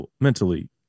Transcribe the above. mentally